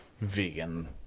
vegan